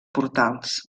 portals